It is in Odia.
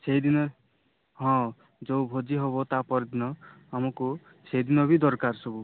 ସେଇଦିନ ହଁ ଯେଉଁ ଭୋଜି ହେବ ତାପରଦିନ ଆମକୁ ସେଇଦିନ ବି ଦରକାର ସବୁ